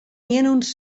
uns